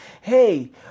hey